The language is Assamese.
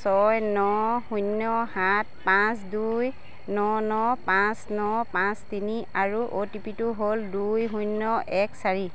ছয় ন শূন্য সাত পাঁচ দুই ন ন পাঁচ ন পাঁচ তিনি আৰু অ' টি পি টো হ'ল দুই শূন্য এক চাৰি